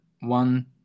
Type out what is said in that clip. one